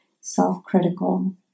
self-critical